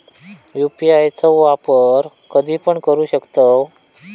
UPI चो वापर कधीपण करू शकतव?